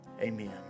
Amen